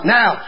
Now